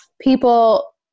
people